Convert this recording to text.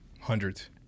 Hundreds